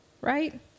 right